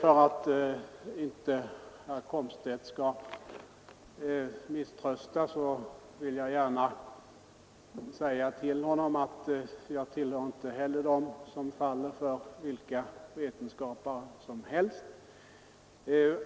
För att herr Komstedt inte skall misströsta vill jag gärna säga till honom att inte heller jag tillhör dem som faller för vilka vetenskapare som helst.